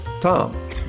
Tom